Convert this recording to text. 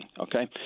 okay